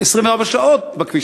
24 שעות בכביש.